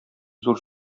зур